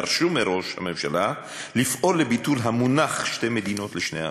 דרשו מראש הממשלה לפעול לביטול המונח "שתי מדינות לשני עמים"